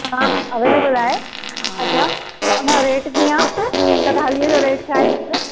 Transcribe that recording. हा अवेलेबल आहे अच्छा त हुन जो रेट कीअं आहे हिकु थालीअ जो रेट छा आहे हुनजो